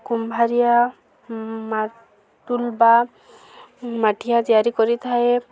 କୁମ୍ଭାରିଆ ମାଟୁଲ୍ ବା ମାଠିଆ ତିଆରି କରିଥାଏ